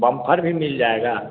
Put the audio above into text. bumper भी मिल जाएगा